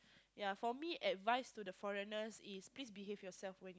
ya for me advice to the foreigners is please behave yourself with